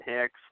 Hicks